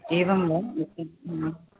एवं वा